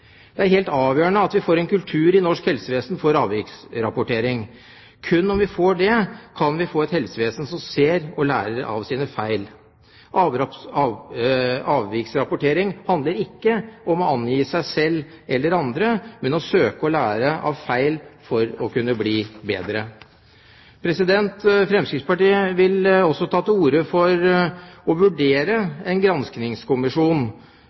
Det er helt avgjørende at vi i norsk helsevesen får en kultur for avviksrapportering. Kun om vi får det, kan vi få et helsevesen som ser og lærer av sine feil. Avviksrapportering handler ikke om å angi seg selv eller andre, men om å søke å lære av feil for å kunne bli bedre. Fremskrittspartiet vil også ta til orde for å vurdere